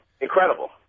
Incredible